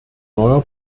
neuer